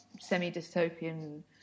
semi-dystopian